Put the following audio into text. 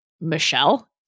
Michelle